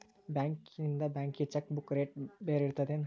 ಬಾಂಕ್ಯಿಂದ ಬ್ಯಾಂಕಿಗಿ cheque book rate ಬ್ಯಾರೆ ಇರ್ತದೇನ್